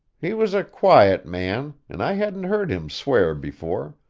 he was a quiet man, and i hadn't heard him swear before,